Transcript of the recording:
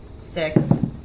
six